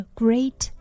great